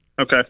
okay